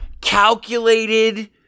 calculated